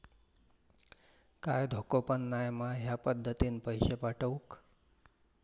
काय धोको पन नाय मा ह्या पद्धतीनं पैसे पाठउक?